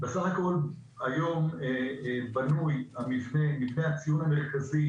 בסך הכל, היום בנוי מבנה הציון המרכזי,